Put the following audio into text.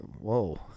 whoa